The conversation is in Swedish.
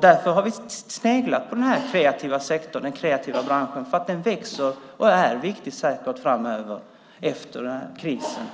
Därför har vi sneglat på den kreativa sektorn, den kreativa branschen, för att den växer och säkert är viktig framöver, efter krisen.